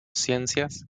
ciencias